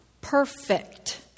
perfect